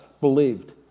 believed